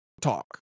talk